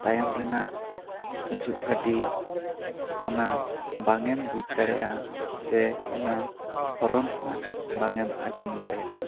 ᱛᱟᱭᱚᱢ ᱨᱮᱱᱟᱜ ᱦᱤᱡᱩᱜ ᱜᱟᱹᱰᱤ ᱚᱱᱟ ᱵᱟᱝ ᱮᱢ ᱵᱩᱡᱽ ᱫᱟᱲᱮᱭᱟᱜᱼᱟ ᱥᱮ ᱚᱱᱟ ᱦᱚᱨᱚᱱ ᱦᱚᱸ ᱵᱟᱝ ᱮᱢ ᱟᱸᱡᱚᱢ ᱫᱟᱲᱮᱭᱟᱜᱼᱟ